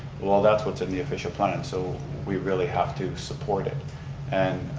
well that's what's in the official plan and so we really have to support it and